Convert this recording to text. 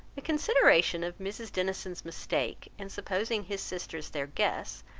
the consideration of mrs. dennison's mistake, in supposing his sisters their guests,